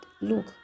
look